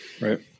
right